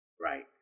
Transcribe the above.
Right